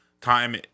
time